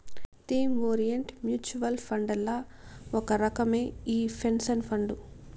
theme orient mutual ఫండ్లల్ల ఒక రకమే ఈ పెన్సన్ ఫండు